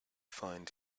find